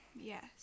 yes